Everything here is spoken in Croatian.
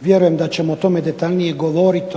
vjerujem da ćemo o tome detaljnije govoriti